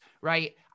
right